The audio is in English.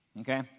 okay